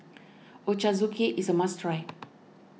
Ochazuke is a must try